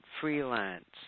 freelance